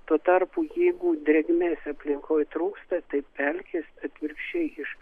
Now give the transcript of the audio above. tuo tarpu jeigu drėgmės aplinkoj trūksta taip pelkės atvirkščiai iš